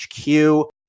HQ